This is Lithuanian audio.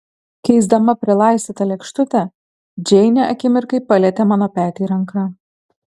keisdama prilaistytą lėkštutę džeinė akimirkai palietė mano petį ranka